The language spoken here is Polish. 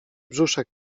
brzuszek